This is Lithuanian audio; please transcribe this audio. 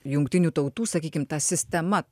jungtinių tautų sakykim ta sistema